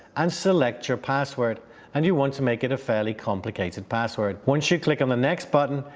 and select your password and you want to make it a fairly complicated password. once you click on the next button,